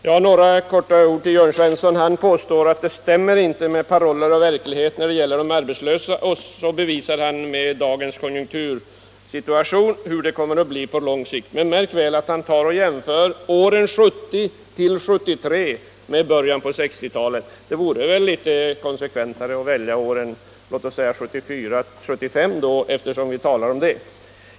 Herr talman! Några få ord till Jörn Svensson. Han påstår att paroller och verklighet inte stämmer när det gäller de arbetslösa och vill mot bakgrund av dagens konjunktursituation påvisa hur det kommer att gå på lång sikt. Men märk väl att han jämför åren 1970-1973 med åren i början av 1960-talet. Nog vore det väl litet konsekventare att jämföra med åren 1974-1975, eftersom vi talar om dem.